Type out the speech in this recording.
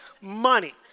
money